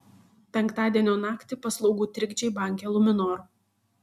penktadienio naktį paslaugų trikdžiai banke luminor